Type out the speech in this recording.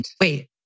Wait